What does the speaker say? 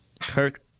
Kirk